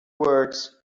works